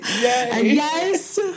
yes